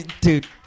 dude